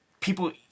people